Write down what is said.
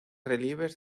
relieves